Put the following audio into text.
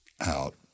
out